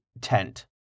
tent